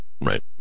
right